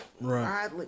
right